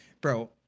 bro